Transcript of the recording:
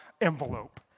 envelope